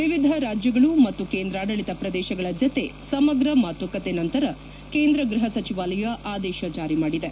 ವಿವಿಧ ರಾಜ್ಯಗಳು ಮತ್ತು ಕೇಂದ್ರಾಡಳಿತ ಪ್ರದೇಶಗಳ ಜತೆ ಸಮಗ್ರ ಮಾತುಕತೆ ನಂತರ ಕೇಂದ್ರ ಗ್ಬಪ ಸಚಿವಾಲಯ ಆದೇಶ ಜಾರಿ ಮಾಡಿದೆ